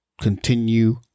continue